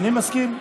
אני מסכים.